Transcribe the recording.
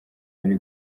bari